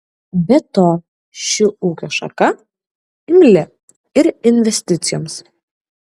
be to ši ūkio šaka imli ir investicijoms